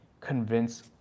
convince